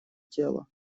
тела